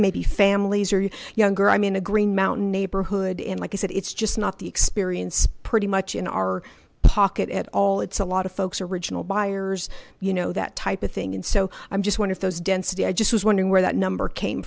maybe families or younger i mean a green mountain neighborhood in like you said it's just not the experience pretty much in our pocket at all it's a lot of folks original buyers you know that type of thing and so i'm just one of those density i just was wondering where that number came